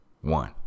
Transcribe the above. one